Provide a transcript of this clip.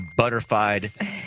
butterfied